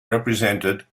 represented